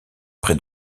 près